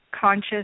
conscious